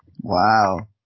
Wow